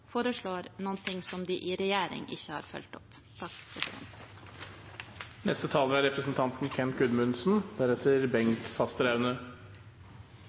foreslår noe som de i regjering ikke har fulgt opp.